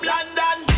London